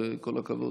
וכל הכבוד.